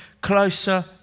closer